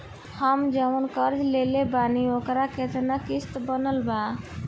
हम जऊन कर्जा लेले बानी ओकर केतना किश्त बनल बा?